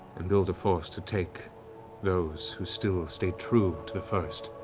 and build a force to take those who still ah stay true to the first.